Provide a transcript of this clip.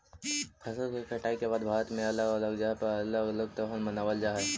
फसल के कटाई के बाद भारत में अलग अलग जगह पर अलग अलग त्योहार मानबल जा हई